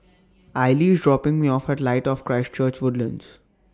Aili IS dropping Me off At Light of Christ Church Woodlands